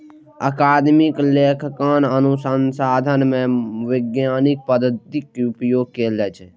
अकादमिक लेखांकन अनुसंधान मे वैज्ञानिक पद्धतिक उपयोग कैल जाइ छै